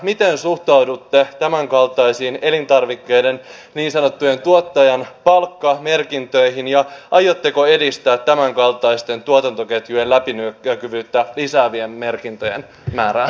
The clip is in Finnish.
miten suhtaudutte tämänkaltaisiin elintarvikkeiden niin sanottujen tuottajan palkkamerkintöihin ja aiotteko edistää tämänkaltaisten tuotantoketjujen läpinäkyvyyttä lisäävien merkintöjen määrää